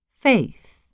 faith